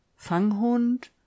Fanghund